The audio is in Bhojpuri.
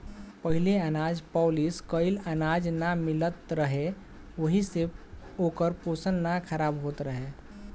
पहिले अनाज पॉलिश कइल अनाज ना मिलत रहे ओहि से ओकर पोषण ना खराब होत रहे